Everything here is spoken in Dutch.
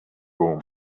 boom